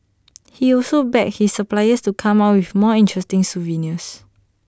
he also begged his suppliers to come up with more interesting souvenirs